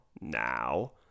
now